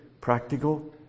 practical